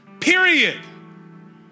period